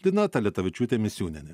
lina talitavičiūtė misiūnienė